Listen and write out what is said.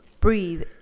breathe